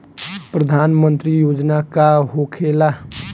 प्रधानमंत्री योजना का होखेला?